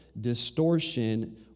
distortion